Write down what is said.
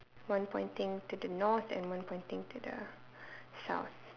one pointing to the north and one pointing to the south